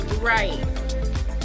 Right